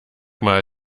mal